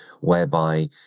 whereby